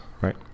right